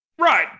right